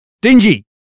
Dingy